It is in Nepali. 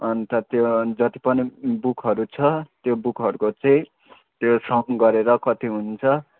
अन्त त्यो जति पनि बुकहरू छ त्यो बुकहरूको चाहिँ त्यो सम गरेर कति हुन्छ